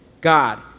God